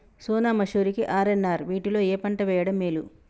సోనా మాషురి కి ఆర్.ఎన్.ఆర్ వీటిలో ఏ పంట వెయ్యడం మేలు?